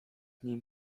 nim